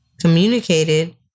communicated